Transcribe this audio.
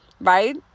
right